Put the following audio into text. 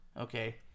okay